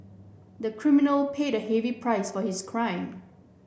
the criminal paid a heavy price for his crime